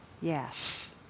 Yes